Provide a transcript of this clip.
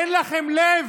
אין לכם לב.